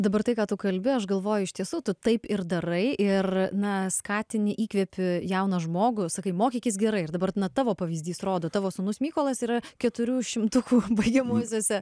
dabar tai ką tu kalbi aš galvoju iš tiesų tu taip ir darai ir na skatini įkvėpi jauną žmogų sakai mokykis gerai ir dabar na tavo pavyzdys rodo tavo sūnus mykolas yra keturių šimtukų baigiamuosiuose